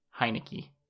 Heineke